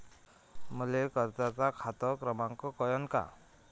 मले कर्जाचा खात क्रमांक कळन का?